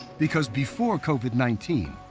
because before covid nineteen,